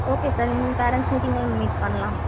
okay sir இனி parents மீட்டிங்கில் நம்ம மீட் பண்ணலாம்